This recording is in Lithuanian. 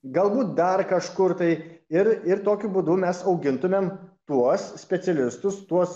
galbūt dar kažkur tai ir ir tokiu būdu mes augintumėm tuos specialistus tuos